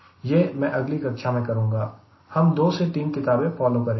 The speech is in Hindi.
यह मैं अगली कक्षा में करूंगा हम दो से तीन किताबें फॉलो करेंगे